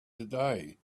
today